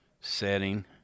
setting